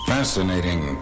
Fascinating